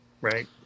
right